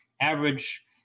average